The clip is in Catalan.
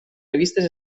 revistes